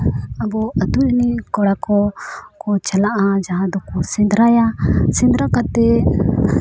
ᱟᱵᱚ ᱟᱹᱛᱩ ᱨᱮᱱ ᱠᱚᱲᱟ ᱠᱚ ᱪᱟᱞᱟᱜᱼᱟ ᱡᱟᱦᱟᱸ ᱫᱚᱠᱚ ᱥᱮᱸᱫᱽᱨᱟᱭᱟ ᱥᱮᱸᱫᱽᱨᱟ ᱠᱟᱛᱮᱫ